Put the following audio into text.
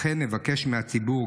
לכן נבקש מהציבור,